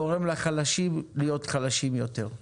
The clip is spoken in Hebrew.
גורם לחלשים להיות חלשים יותר.